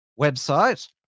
website